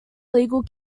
legal